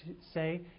say